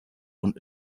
und